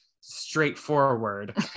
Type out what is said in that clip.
straightforward